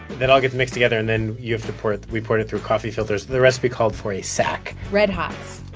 that all gets mixed together. and then you have to pour it we poured it through coffee filters. the recipe called for a sack red hots